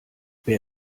wer